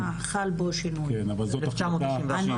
מתי פעם אחרונה לך בו שינוי על נהלים?